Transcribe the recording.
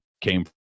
came